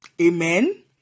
amen